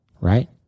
Right